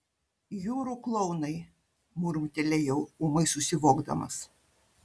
jūrų klounai murmtelėjau ūmai susivokdamas